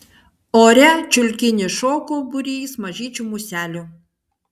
ore čiulkinį šoko būrys mažyčių muselių